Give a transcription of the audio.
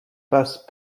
passe